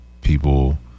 people